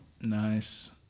Nice